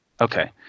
Okay